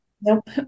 Nope